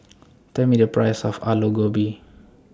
Tell Me The Price of Aloo Gobi